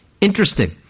Interesting